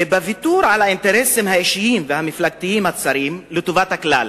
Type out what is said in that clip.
ובוויתור על האינטרסים האישיים והמפלגתיים הצרים לטובת הכלל.